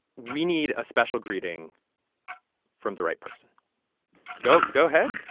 we need a special greeting from the right person go. go ahead